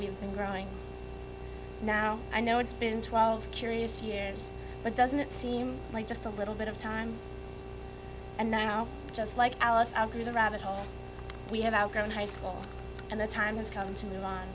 you've been growing now i know it's been twelve curious years but doesn't it seem like just a little bit of time and now just like alice out through the rabbit hole we have outgrown high school and the time has come to move